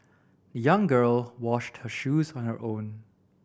the young girl washed her shoes on her own